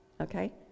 Okay